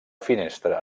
finestra